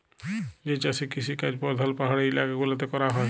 যে চাষের কিসিকাজ পরধাল পাহাড়ি ইলাকা গুলাতে ক্যরা হ্যয়